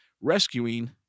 rescuing